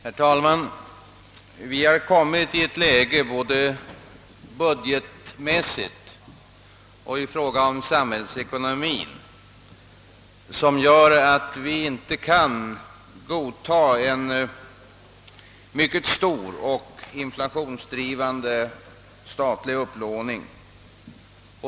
Herr talman! Vi har kommit i ett läge, både budgetmässigt och samhällsekonomiskt, som gör att vi inte kan godta en mycket stor och inflationsdrivande statlig upplåning.